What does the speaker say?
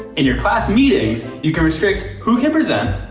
in your class meetings, you can restrict who can present,